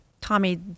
Tommy